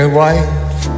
wife